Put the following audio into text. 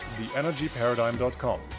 TheEnergyParadigm.com